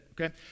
okay